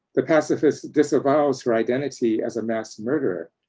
the pacifist disavows her identity as a mass murderer,